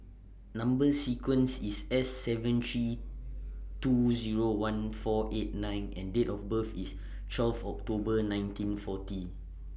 Number sequence IS S seven three two Zero one four eight nine and Date of birth IS twelve October nineteen forty